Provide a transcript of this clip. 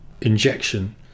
injection